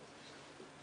משירותי בריאות כללית.